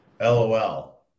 LOL